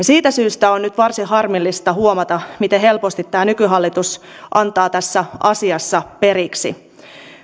siitä syystä on nyt varsin harmillista huomata miten helposti tämä nykyhallitus antaa tässä asiassa periksi